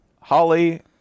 Holly